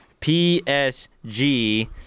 PSG